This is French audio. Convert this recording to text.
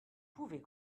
pouvez